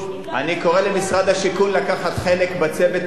אני קורא למשרד השיכון לקחת חלק בצוות הזה,